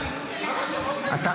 זה מה שאתם עושים.